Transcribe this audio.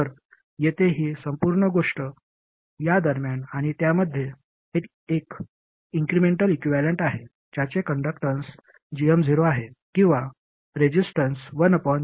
तर येथे ही संपूर्ण गोष्ट या दरम्यान आणि त्यामध्ये एक इन्क्रिमेंटल इक्विव्हॅलेंट आहे ज्याचे कंडक्टन्स gm0 आहे किंवा रेसिस्टन्स 1gm0 आहे